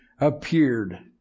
appeared